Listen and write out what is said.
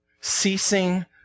ceasing